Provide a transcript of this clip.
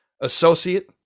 Associate